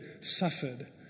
suffered